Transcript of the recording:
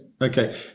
Okay